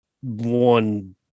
one